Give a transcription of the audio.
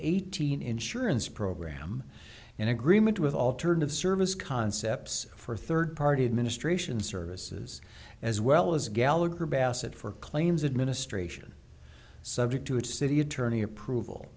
eighteen insurance program in agreement with alternative service concepts for third party administration services as well as gallagher bassett for claims administration subject to a city attorney approval